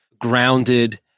grounded